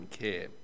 care